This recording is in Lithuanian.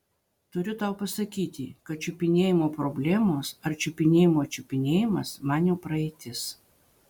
turiu tau pasakyti kad čiupinėjimo problemos ar čiupinėjimo čiupinėjimas man jau praeitis